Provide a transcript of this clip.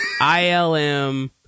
ilm